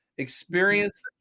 experience